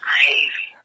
Crazy